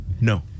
no